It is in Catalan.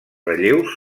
relleus